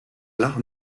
l’art